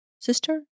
sister